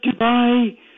Dubai